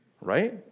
right